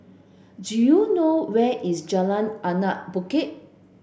do you know where is Jalan Anak Bukit